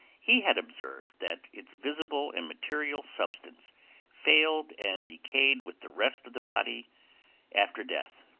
he had observed that its visible and material substance failed and decayed with the rest of the body after death,